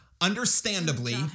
Understandably